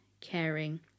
caring